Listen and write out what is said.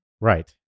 Right